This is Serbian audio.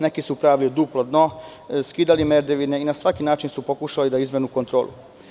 Neki su pravili duplo dno, skidali merdevine i na svaki način su pokušali da izmene kontrolu.